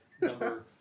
number